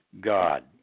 God